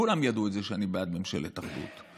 כולם ידעו את זה שאני בעד ממשלת אחדות,